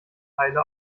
teile